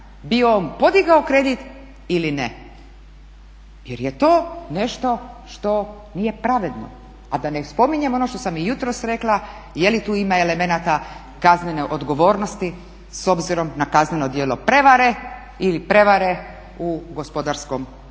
bio on podigao kredit ili ne jer je to nešto što nije pravedno, a da ne spominjem ono što sam i jutros rekla je li tu ima elemenata kaznene odgovornosti s obzirom na kazneno djelo prevare ili prevare u gospodarskom